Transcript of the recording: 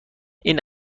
این